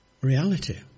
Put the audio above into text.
reality